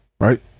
right